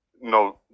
no